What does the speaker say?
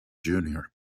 junior